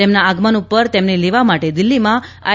તેમના આગમન પર તેમને લેવા માટે દિલ્હીમાં આઈ